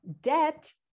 Debt